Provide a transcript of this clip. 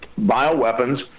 bioweapons